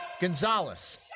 Gonzalez